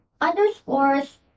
underscores